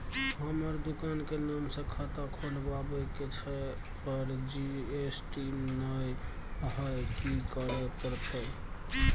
हमर दुकान के नाम से खाता खुलवाबै के छै पर जी.एस.टी नय हय कि करे परतै?